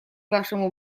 вашему